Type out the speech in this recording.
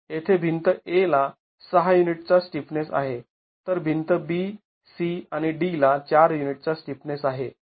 येथे भिंत A ला ६ युनिट चा स्टिफनेस आहे तर भिंत B C आणि D ला ४ युनिटचा स्टिफनेस आहे